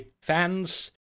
fans